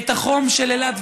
את החום של אילת,